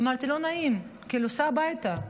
אמרתי: לא נעים, כאילו, סע הביתה,